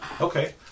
Okay